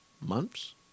months